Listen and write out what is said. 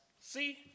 see